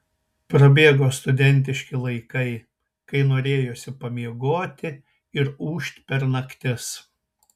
prabėgo studentiški laikai kai norėjosi pamiegoti ir ūžt per naktis